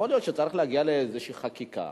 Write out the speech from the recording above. יכול להיות שצריך להגיע לאיזשהי חקיקה